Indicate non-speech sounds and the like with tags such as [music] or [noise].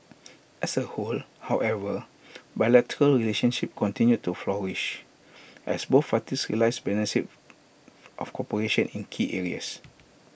as A whole however bilateral relationship continued to flourish as both [unintelligible] realise [unintelligible] of cooperation in key areas